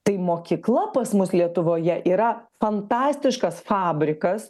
tai mokykla pas mus lietuvoje yra fantastiškas fabrikas